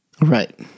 Right